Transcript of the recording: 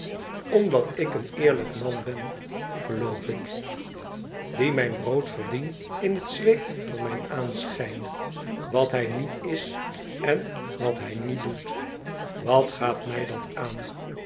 omdat ik een eerlijk man ben geloof ik die mijn brood verdien in het zweet van mijn aanschijn wat hij niet is en wat hij niet doet wat gaat mij dat aan